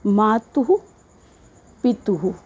मातुः पितुः